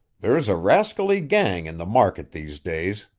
there's a rascally gang in the market these days.